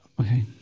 Okay